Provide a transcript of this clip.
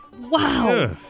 Wow